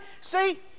See